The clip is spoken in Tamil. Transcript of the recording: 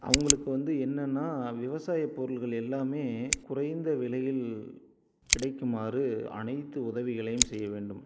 அவங்களுக்கு வந்து என்னென்னா விவசாயப்பொருள்கள் எல்லாம் குறைந்த விலையில் கிடைக்குமாறு அனைத்து உதவிகளையும் செய்ய வேண்டும்